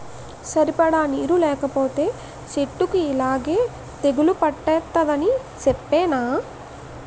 సరిపడా నీరు లేకపోతే సెట్టుకి యిలాగే తెగులు పట్టేద్దని సెప్పేనా?